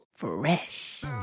fresh